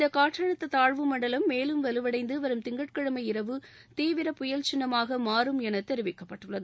இந்த காற்றழுத்த தாழ்வு மண்டலம் மேலும் வலுவடைந்து வரும் திங்கட்கிழமை இரவு தீவிர புயல் சின்னமாக மாறும் என தெரிவிக்கப்பட்டுள்ளது